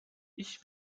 ich